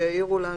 שהעירו לנו,